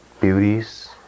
beauties